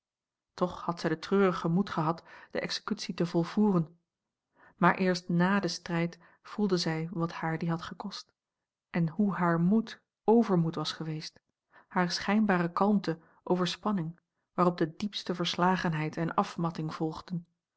toch had zij den treurigen moed gehad de executie te volvoeren maar eerst nà den strijd voelde zij wat haar die had gekost en hoe haar moed overmoed was geweest hare schijnbare kalmte overspanning waarop de diepste verslagenheid en afmatting volgden